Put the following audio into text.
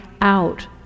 out